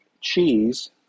cheese